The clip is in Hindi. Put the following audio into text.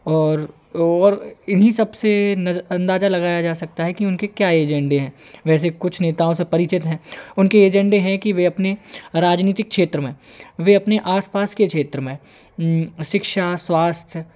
और ओवर इन्हीं सब से नज अंदाजा लगाया जा सकता है कि उनके क्या एजेंडे हैं वैसे कुछ नेताओं से परिचित हैं उनके एजेंडे हैं कि वे अपने राजनितिक क्षेत्र में वे अपने आस पास के क्षेत्र में शिक्षा स्वास्थ